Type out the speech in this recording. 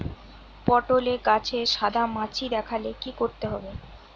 পটলে গাছে সাদা মাছি দেখালে কি করতে হবে?